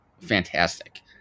fantastic